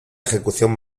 ejecución